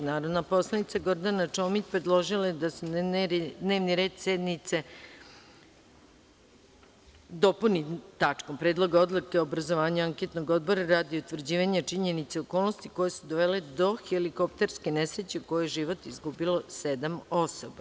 Narodna poslanica Gordana Čomić predložila je da se dnevni red sednice dopuni tačkom – Predlog odluke o obrazovanju anketnog odbora radi utvrđenja činjenica i okolnosti koje su dovele do helikopterske nesreće u kojoj je život izgubilo sedam osoba.